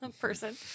person